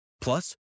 Plus